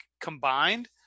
combined